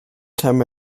time